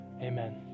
amen